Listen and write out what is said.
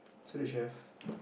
so they should have